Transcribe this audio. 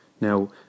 Now